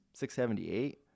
678